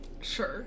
Sure